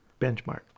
benchmark